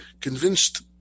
convinced